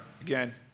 again